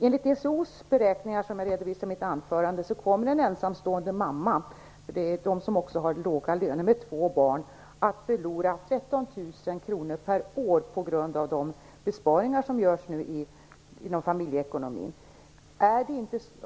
Enligt TCO:s beräkningar, som jag redovisade i mitt anförande, kommer en ensamstående lågavlönad mamma med två barn att förlora 13 000 kr per år på grund av de besparingar som nu görs på det familjepolitiska området.